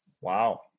Wow